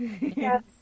Yes